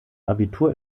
abitur